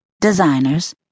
designers